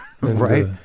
right